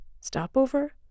Stopover